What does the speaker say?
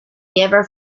never